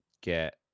get